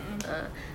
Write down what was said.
mm mm